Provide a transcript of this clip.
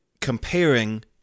comparing